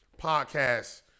Podcast